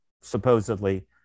supposedly